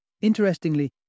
Interestingly